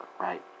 right